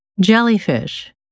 jellyfish